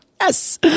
Yes